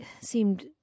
seemed